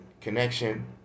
Connection